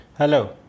Hello